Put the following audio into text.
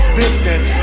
business